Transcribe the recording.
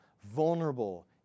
vulnerable